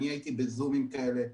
אני הייתי בזומים כאלה.